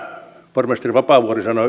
pormestari vapaavuori